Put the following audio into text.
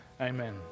Amen